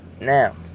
now